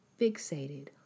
fixated